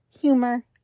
humor